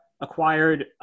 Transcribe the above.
acquired